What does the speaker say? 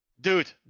Dude